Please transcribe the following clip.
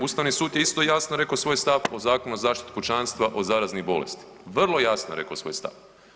Ustavni sud je isto jasno rekao svoj stav o Zakonu o zaštiti pučanstva od zaraznih bolesti, vrlo jasno je rekao svoj stav.